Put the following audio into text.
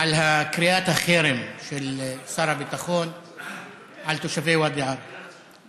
על קריאת החרם של שר הביטחון על תושבי ואדי עארה.